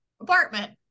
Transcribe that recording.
apartment